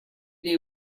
les